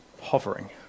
hovering